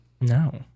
No